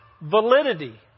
validity